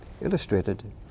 illustrated